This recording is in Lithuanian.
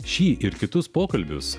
šį ir kitus pokalbius